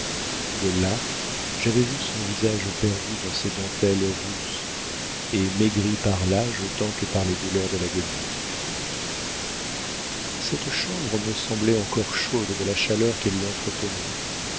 de là j'avais vu son visage perdu dans ses dentelles rousses et maigri par l'âge autant que par les douleurs de l'agonie cette chambre me semblait encore chaude de la chaleur qu'elle y entretenait